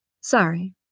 Sorry